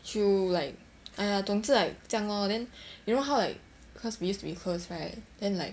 she'll like !aiya! 总之 like 将 lor then you know how like cause we used to be close right